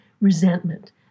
resentment